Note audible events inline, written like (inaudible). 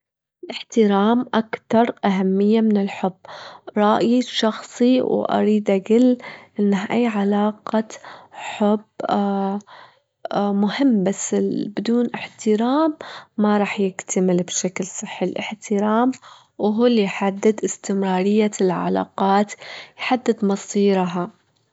الاحترام أكتر أهمية من الحب، رأيي الشخصي، وأريد أجل أنه أي علاقة حب (hesitation) مهمة ولكن بدون احترام ما راح يكتمل بشكل صحي، الاحترام إهو اللي يحدد استمرارية العلاقات، يحدد مصيرها.